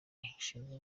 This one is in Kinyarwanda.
umushinga